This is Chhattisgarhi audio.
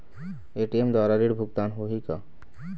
ए.टी.एम द्वारा ऋण भुगतान होही का?